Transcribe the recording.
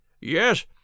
Yes